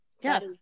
Yes